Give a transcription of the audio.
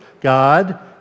God